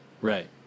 right